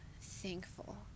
thankful